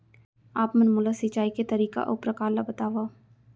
आप मन मोला सिंचाई के तरीका अऊ प्रकार ल बतावव?